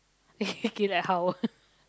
K K like how